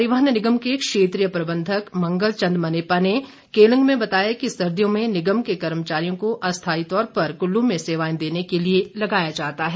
परिवहन निगम के क्षेत्रीय प्रबंधक मंगल चंद मनेपा ने केलंग में बताया कि सर्दियों निगम के कर्मचारियों को अस्थाई तौर पर कुल्लू में सेवाएं देने के लिए लगाया जाता है